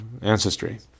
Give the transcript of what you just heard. ancestry